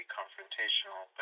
confrontational